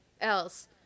else